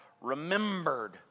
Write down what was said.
remembered